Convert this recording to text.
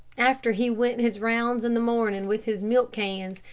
after he went his rounds in the morning with his milk cans,